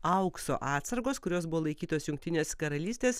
aukso atsargos kurios buvo laikytos jungtinės karalystės